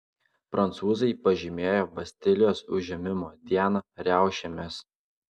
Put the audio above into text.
prancūzai pažymėjo bastilijos užėmimo dieną riaušėmis